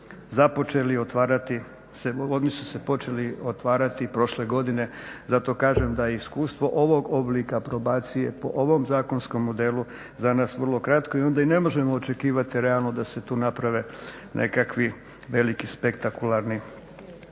ureda. Oni su se počeli otvarati prošle godine, zato kažem da je iskustvo ovog oblika probacije po ovom zakonskom modelu za nas vrlo kratko i onda i ne možemo očekivati realno da se tu naprave nekakvi veliki spektakularni